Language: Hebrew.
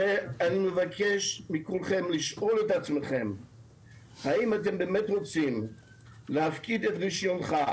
אני מבקש מכולכם לשאול את עצמכם אם אתם באמת רוצים להפקיד את רישיונכם